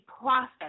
process